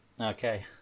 okay